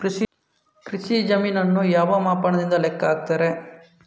ಕೃಷಿ ಜಮೀನನ್ನು ಯಾವ ಮಾಪನದಿಂದ ಲೆಕ್ಕ ಹಾಕ್ತರೆ?